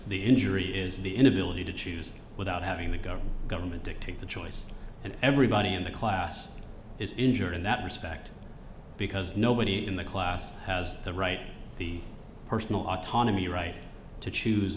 the injury is the inability to choose without having the government government dictate the choice and everybody in the class is injured in that respect because nobody in the class has the right the personal autonomy right to choose